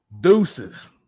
Deuces